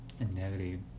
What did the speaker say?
negative